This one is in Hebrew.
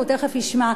והוא תיכף ישמע,